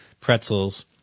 pretzels